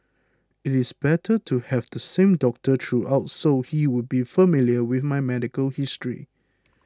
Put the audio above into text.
it is better to have the same doctor throughout so he would be familiar with my medical history